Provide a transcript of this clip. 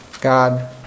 God